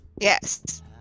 Yes